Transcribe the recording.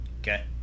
Okay